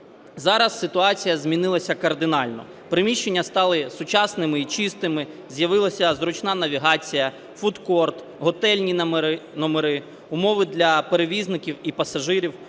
Зараз ситуація змінилася кардинально: приміщення стали сучасними і чистими, з'явилася зручна навігація, фуд-корт, готельні номери, умови для перевізників і пасажирів,